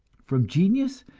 from genius,